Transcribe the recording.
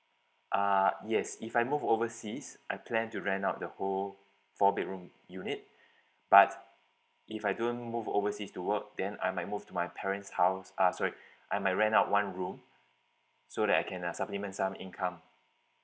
ah yes if I move overseas I plan to rent out the whole four bedroom unit but if I don't move overseas to work then I might move to my parents house ah sorry I might rent out one room so that I can uh supplement some income